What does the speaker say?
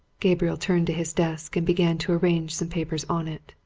gabriel turned to his desk and began to arrange some papers on it,